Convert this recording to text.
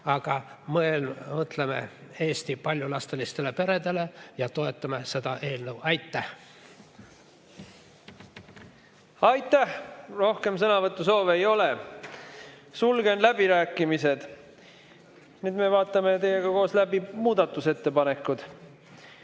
Mõtleme Eesti paljulapselistele peredele ja toetame seda eelnõu. Aitäh! Aitäh! Rohkem sõnavõtusoove ei ole. Sulgen läbirääkimised. Nüüd vaatame teiega koos läbi muudatusettepanekud.